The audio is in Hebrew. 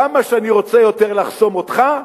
כמה שאני רוצה יותר לחסום אותך,